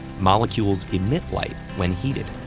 molecules emit light when heated,